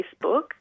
Facebook